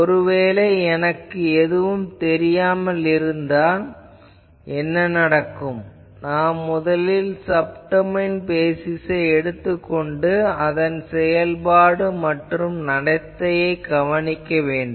ஒருவேளை எனக்கு எதுவும் தெரியாமல் இருந்தால் என்ன நடக்கும் நாம் முதலில் சப்டொமைன் பேசிஸ் எடுத்துக் கொண்டு அதன் செயல்பாடு மற்றும் நடத்தையைக் கவனிக்க வேண்டும்